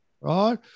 right